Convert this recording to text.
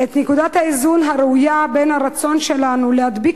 את נקודת האיזון הראויה בין הרצון שלנו להדביק